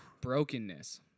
Brokenness